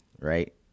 right